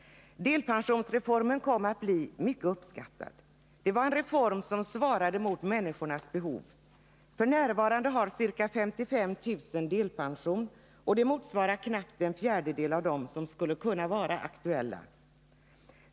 Delpensionsreformen kom att bli mycket uppskattad. Det var en reform som svarade mot människors behov. F. n. har ca 55 000 människor delpension, det motsvarar knappt en fjärdedel av dem som skulle kunna vara aktuella.